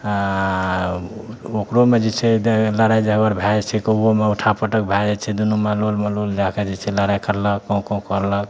ओकरोमे जे छै दै लड़ाइ झगड़ भए जाइ छै कौओमे उठा पटक भए जाइ छै दुनूमे लोलमे लोल जाके जे छै लड़ाइ करलक काँउ काँउ करलक